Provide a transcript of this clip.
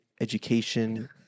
education